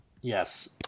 Yes